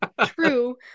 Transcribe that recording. True